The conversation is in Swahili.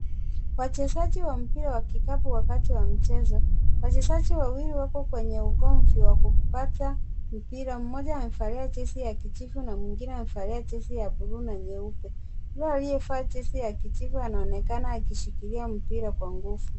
Wachezaji wa mpira wa vikapu wakati wa mchezo, wachezaji wawili wako katika ugomvi wa kupata mpira, mmoja amevalia jezi ya kijivu na mwingine amevalia jezi ya buluu na nyeupe, anaonekana akishikilia mpira kwa nguvu.